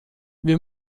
wir